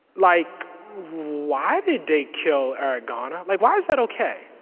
like why did they kill eric garner? like why is that ok?